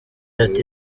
ati